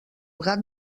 gat